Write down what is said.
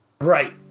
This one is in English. Right